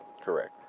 Correct